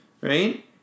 right